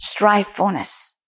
Strifefulness